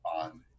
on